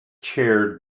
chaired